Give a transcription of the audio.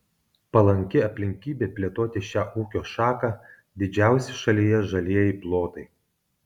palanki aplinkybė plėtoti šią ūkio šaką didžiausi šalyje žalieji plotai